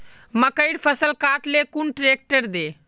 मकईर फसल काट ले कुन ट्रेक्टर दे?